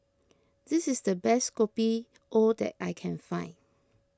this is the best Kopi O that I can find